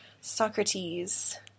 Socrates